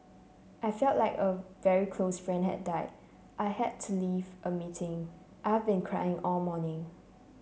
I feel like a very close friend had died I had to leave a meeting I've been crying all morning